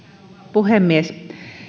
puhemies